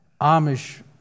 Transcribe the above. Amish